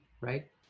right